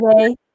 today